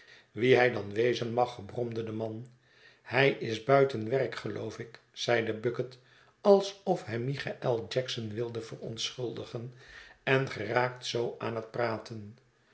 wie hij dan wezen mag bromde de man hij is buiten werk geloof ik zeide bucket alsof hij michaël jackson wilde verontschuldigen en geraakt zoo aan het praten